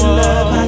love